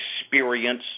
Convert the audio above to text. Experience